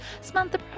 Samantha